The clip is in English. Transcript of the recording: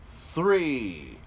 three